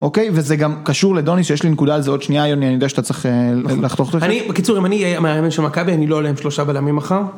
אוקיי, וזה גם קשור לדוניס, שיש לי נקודה על זה עוד שנייה, יוני, אני יודע שאתה צריך לחתוך את זה. אני, בקיצור, אם אני המאמן של מכבי, אני לא עולה עם שלושה בלמים מחר.